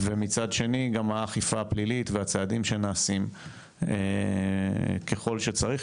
ומצד שני גם האכיפה הפלילית והצעדים שנעשים ככל שצריך,